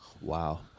wow